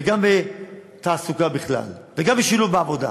גם על תעסוקה בכלל וגם על שילוב בעבודה.